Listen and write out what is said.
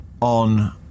on